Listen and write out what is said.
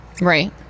Right